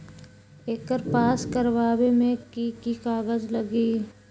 एकर पास करवावे मे की की कागज लगी?